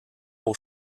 pour